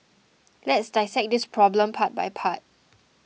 let's dissect this problem part by part